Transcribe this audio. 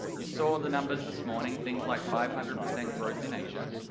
you saw the numbers this morning, things like five hundred percent growth in asia,